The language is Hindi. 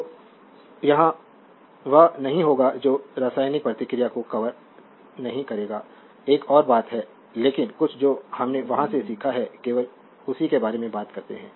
तो यहां वह नहीं होगा जो यहां रासायनिक प्रतिक्रिया को कवर नहीं करेगा एक और बात है लेकिन कुछ जो हमने वहां से सीखा है केवल उसी के बारे में बात करते हैं